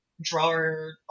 drawer